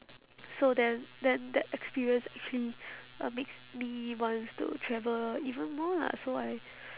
so then then that experience actually uh makes me wants to travel even more lah so I